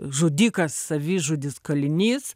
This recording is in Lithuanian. žudikas savižudis kalinys